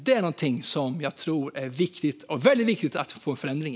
Där är det viktigt med en förändring.